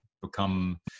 become